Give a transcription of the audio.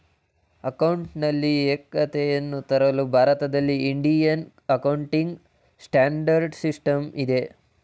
ಅಕೌಂಟಿನಲ್ಲಿ ಏಕತೆಯನ್ನು ತರಲು ಭಾರತದಲ್ಲಿ ಇಂಡಿಯನ್ ಅಕೌಂಟಿಂಗ್ ಸ್ಟ್ಯಾಂಡರ್ಡ್ ಸಿಸ್ಟಮ್ ಇದೆ